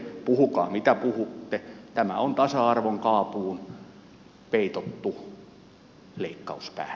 puhukaa mitä puhutte tämä on tasa arvon kaapuun peitottu leikkauspäätös